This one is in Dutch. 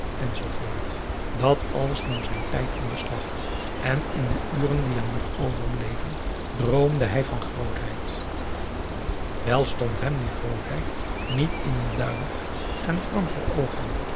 enzoovoort dat alles nam zijn tijd in beslag en in de uren die hem nog overbleven droomde hij van grootheid wel stond hem die grootheid niet in een duidelijk en vorm voor oogen